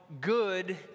good